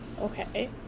Okay